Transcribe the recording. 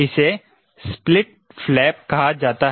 इसे split flap कहा जाता है